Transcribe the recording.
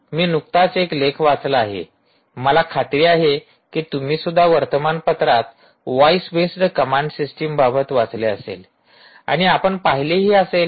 मी नुकताच एक लेख वाचला आहे मला खात्री आहे की तुम्हीसुद्धा वर्तमानपत्रात व्हॉइस बेस्ड कमांड सिस्टम बाबत वाचले असेल आणि आपण पाहिले ही असेल